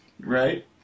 Right